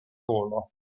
volo